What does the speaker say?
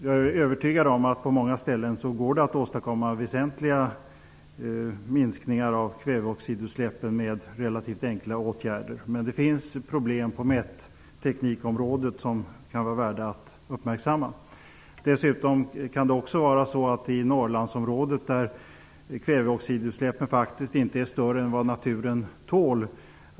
Jag är övertygad om att det på många ställen går att åstadkomma väsentliga minskningar av kväveoxidutsläppen med relativt enkla åtgärder, men det finns problem på mätteknikområdet som kan vara värda att uppmärksamma. Dessutom kan man ta särskild hänsyn i Norrlandsområdet, där kväveoxidutsläppen faktiskt inte är större än vad naturen tål.